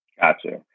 Gotcha